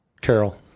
Carol